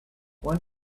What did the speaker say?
one